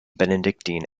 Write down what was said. benedictine